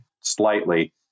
slightly